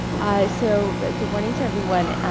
so, good morning to everyone.